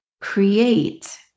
create